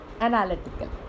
analytical